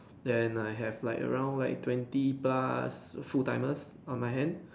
then I have like around like twenty plus full timers on my hand